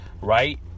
right